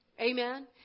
Amen